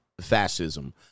fascism